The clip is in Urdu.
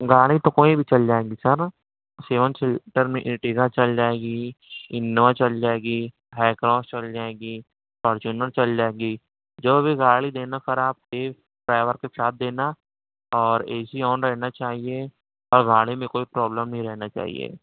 گاڑی تو کوئی بھی چل جائے گی سر سیون سیٹر میں ارٹیگا چل جائے گی انووا چل جائے گی ہائی کراس چل جائے گی فورچنر چل جائے گی جو بھی گاڑی دینا سر آپ تیز ڈرائیور کے ساتھ دینا اور اے سی آن رہنا چاہیے اور گاڑی میں کوئی پرابلم نہیں رہنا چاہیے